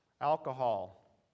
Alcohol